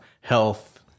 health